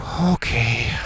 Okay